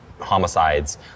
homicides